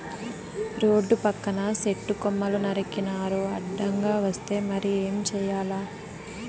రోడ్ల పక్కన సెట్టు కొమ్మలు నరికినారు అడ్డంగా వస్తే మరి ఏం చేయాల